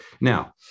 now